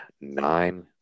Nine